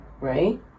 Right